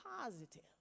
positive